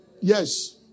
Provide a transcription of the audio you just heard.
yes